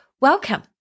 welcome